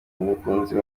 umukunzi